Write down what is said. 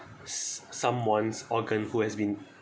s~ someone's organ who has been